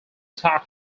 talk